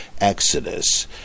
Exodus